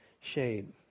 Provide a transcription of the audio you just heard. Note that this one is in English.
shade